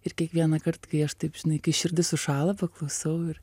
ir kiekvienąkart kai aš taip žinai kai širdis sušąla paklusau ir